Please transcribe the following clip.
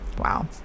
wow